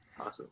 Awesome